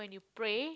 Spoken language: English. when you pray